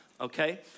Okay